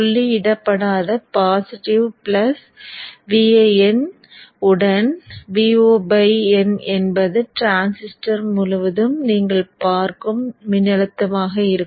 புள்ளியிடப்படாத positive plus Vin உடன் Vo by n என்பது transistor முழுவதும் நீங்கள் பார்க்கும் மின்னழுத்தமாக இருக்கும்